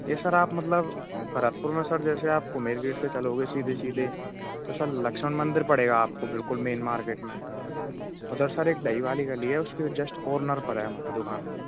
यह सर आप मतलब भरतपुर में जैसे आपको मेल गेट से चलोगे सीधे सीधे तो सर लक्ष्मन मंदिर पड़ेगा आपको बिल्कुल मैन मार्केट में उधर सर एक दही वाली गली है उसके जस्ट कॉर्नर पर है मत दुकान